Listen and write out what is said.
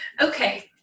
Okay